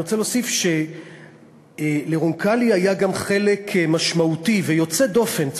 אני רוצה להוסיף שלרונקלי היה גם חלק משמעותי ויוצא דופן,